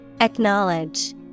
Acknowledge